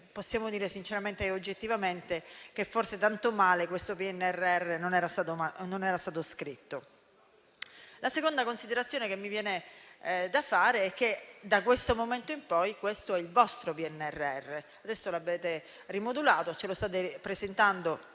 possiamo dire, sinceramente e oggettivamente, che forse questo PNRR non era stato scritto poi tanto male. La seconda considerazione che mi viene da fare è che, da questo momento in poi, questo è il vostro PNRR. Lo avete rimodulato, ce lo state presentando